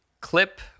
clip